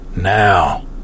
Now